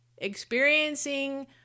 experiencing